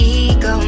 ego